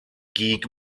gig